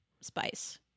Spice